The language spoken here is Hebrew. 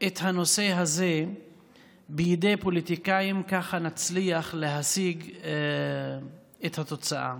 את הנושא הזה בידי פוליטיקאים נצליח להשיג את התוצאה.